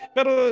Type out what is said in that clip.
Pero